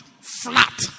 Flat